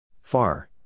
Far